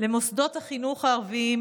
למוסדות החינוך הערביים,